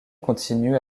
continue